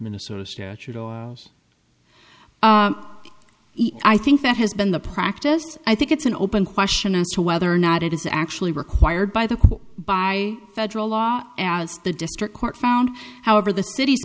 minnesota statute even i think that has been the practice i think it's an open question as to whether or not it is actually required by the by federal law as the district court found however the city's